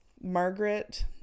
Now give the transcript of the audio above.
Margaret